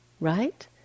right